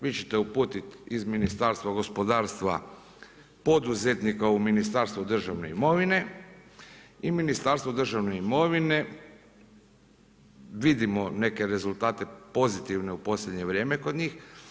Vi ćete uputiti iz Ministarstva gospodarstva poduzetnika u Ministarstvo državne imovine i Ministarstvo državne imovine vidimo neke rezultate pozitivne u posljednje vrijeme kod njih.